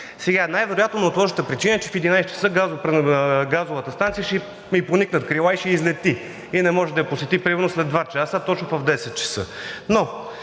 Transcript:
Сега, най-вероятно неотложната причина е, че в 11,00 ч. на газовата станция ще ѝ поникнат крила и ще излети и не може да я посети примерно след два часа, а точно в 10,00 часа.